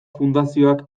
fundazioak